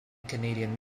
canadian